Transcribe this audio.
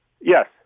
Yes